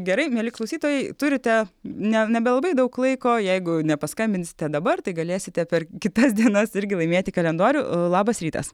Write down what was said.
gerai mieli klausytojai turite ne nebelabai daug laiko jeigu nepaskambinsite dabar tai galėsite per kitas dienas irgi laimėti kalendorių labas rytas